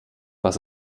was